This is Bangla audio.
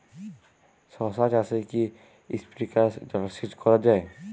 শশা চাষে কি স্প্রিঙ্কলার জলসেচ করা যায়?